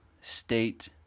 state